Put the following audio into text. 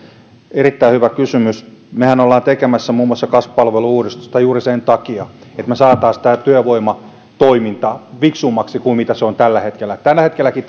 erittäin hyvä kysymys mehän olemme tekemässä muun muassa kasvupalvelu uudistusta juuri sen takia että me saisimme tämän työvoimatoiminnan fiksummaksi kuin mitä se on tällä hetkellä tällä hetkelläkin